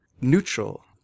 neutral